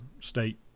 State